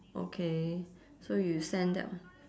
okay so you send that one